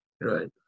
right